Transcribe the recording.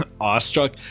awestruck